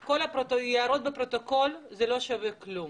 ההערות בפרוטוקול, זה לא שווה כלום.